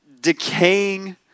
decaying